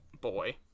boy